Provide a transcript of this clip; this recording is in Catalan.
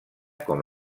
com